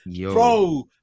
Bro